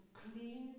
clean